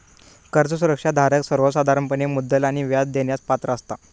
कर्ज सुरक्षा धारक सर्वोसाधारणपणे मुद्दल आणि व्याज देण्यास पात्र असता